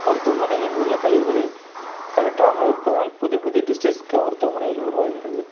மருத்துவமனையில் உள்ள கழிவுகளை அகற்றாமல் இருப்பதனால் புது புது டிசீஸ் க மருத்துவமனையில் உருவாகிறது